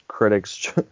Critics